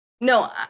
No